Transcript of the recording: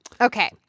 Okay